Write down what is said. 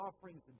offerings